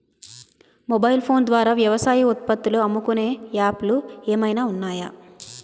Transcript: Mobile phone ద్వారా వ్యవసాయ ఉత్పత్తులు అమ్ముకునే యాప్ లు ఏమైనా ఉన్నాయా?